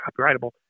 copyrightable